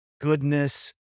goodness